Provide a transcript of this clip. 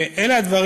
אלה הדברים.